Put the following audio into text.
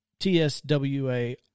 TSWA